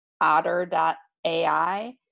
otter.ai